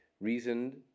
reasoned